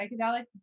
psychedelics